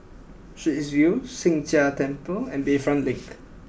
Straits View Sheng Jia Temple and Bayfront Link